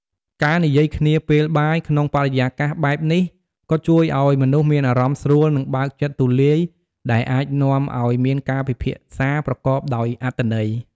ការនិយាយគ្នាពេលបាយ ក្នុងបរិយាកាសបែបនេះ ក៏ជួយឱ្យមនុស្សមានអារម្មណ៍ស្រួល និងបើកចិត្តទូលាយ ដែលអាចនាំឱ្យមានការពិភាក្សាប្រកបដោយអត្ថន័យ។